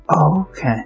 okay